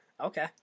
Okay